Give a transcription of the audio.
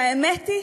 והאמת היא